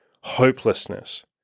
hopelessness